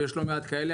ויש לא מעט כאלה,